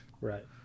Right